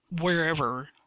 wherever